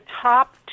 top